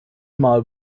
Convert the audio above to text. mal